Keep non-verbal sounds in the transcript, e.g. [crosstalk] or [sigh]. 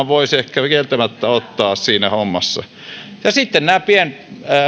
[unintelligible] voisi ehkä kieltämättä ottaa siinä hommassa ja sitten nämä pienet